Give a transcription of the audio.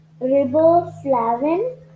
riboflavin